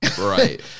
Right